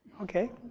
Okay